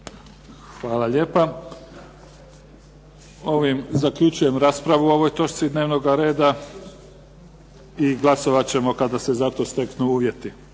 Hvala lijepa. Ovim zaključujem raspravu o ovoj točci dnevnoga reda. Glasovat ćemo kada se za to steknu uvjeti.